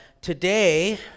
Today